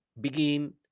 begin